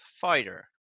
fighter